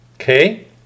Okay